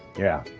yeah,